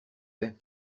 fait